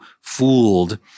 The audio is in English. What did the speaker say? fooled